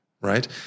right